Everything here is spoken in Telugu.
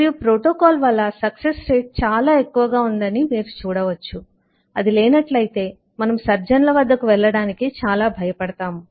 మరియు ప్రోటోకాల్ వల్ల సక్సెస్ రేటు చాలా ఎక్కువగా ఉందని మీరు చూడవచ్చు మరియు అది లేనట్లయితే మనము సర్జన్ల వద్దకు వెళ్ళడానికి చాలా భయపడతాము